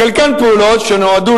חלקן פעולות שנועדו,